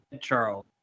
Charles